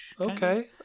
Okay